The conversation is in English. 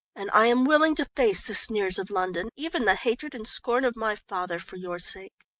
and i am willing to face the sneers of london, even the hatred and scorn of my father, for your sake.